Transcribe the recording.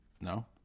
No